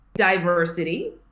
diversity